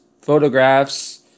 photographs